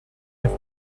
have